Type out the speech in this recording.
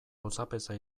auzapeza